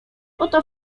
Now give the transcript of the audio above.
oto